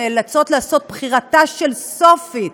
נאלצות לעשות "בחירתה של סופי",